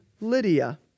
Lydia